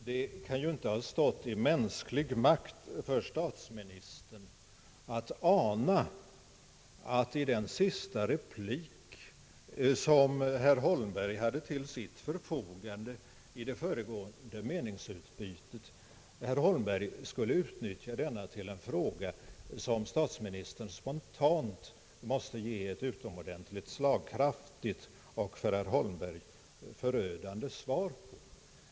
Det kan ju inte ha stått i mänsklig makt för statsministern att ana, att herr Holmberg skulle utnyttja den sista replik som han hade till sitt förfogande i det föregående meningsutbytet till att ställa en fråga, som statsministern spontant måste ge ett utomordentligt slagkraftigt och för herr Holmberg förödande svar på.